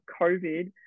COVID